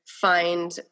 find